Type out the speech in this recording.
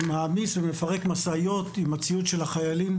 מעמיס ומפרק משאיות עם הציוד של החיילים.